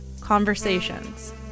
Conversations